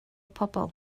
pobl